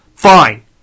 fine